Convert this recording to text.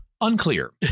unclear